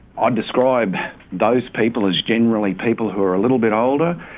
i'd describe those people as generally people who are a little bit older,